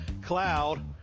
cloud